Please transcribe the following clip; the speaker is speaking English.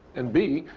and b,